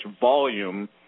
volume